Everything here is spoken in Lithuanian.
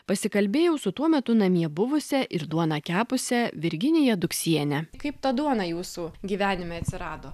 pasikalbėjau su tuo metu namie buvusia ir duoną kepusia virginija duksiene kaip ta duona jūsų gyvenime atsirado